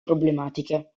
problematiche